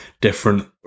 different